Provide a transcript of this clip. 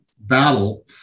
battle